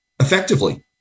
effectively